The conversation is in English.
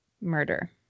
murder